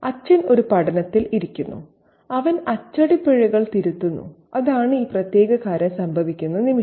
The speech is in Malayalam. അച്ഛൻ ഒരു പഠനത്തിൽ ഇരിക്കുന്നു അവൻ അച്ചടിപ്പിഴകൾ തിരുത്തുന്നു അതാണ് ഈ പ്രത്യേക കാര്യം സംഭവിക്കുന്ന നിമിഷം